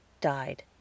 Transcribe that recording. Died